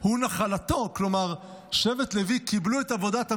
הוא נחלתו", כלומר שבט לוי קיבלו את עבודת המשכן,